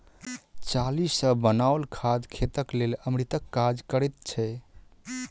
चाली सॅ बनाओल खाद खेतक लेल अमृतक काज करैत छै